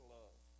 love